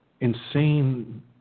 insane